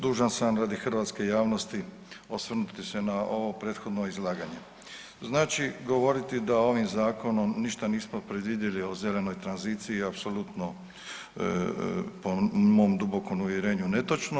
Dužan sam radi hrvatske javnosti osvrnuti se na ovo prethodno izlaganje, znači govoriti da ovim zakonom ništa nismo predvidjeli o zelenoj tranziciji apsolutno po mom dubokom uvjerenju je netočno.